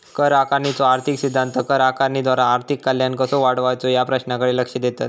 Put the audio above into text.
कर आकारणीचो आर्थिक सिद्धांत कर आकारणीद्वारा आर्थिक कल्याण कसो वाढवायचो या प्रश्नाकडे लक्ष देतत